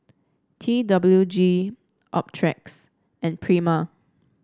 T W G Optrex and Prima